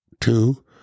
two